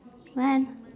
then